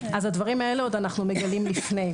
את הדברים האלה אנחנו מגלים לפני.